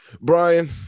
Brian